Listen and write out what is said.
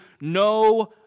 no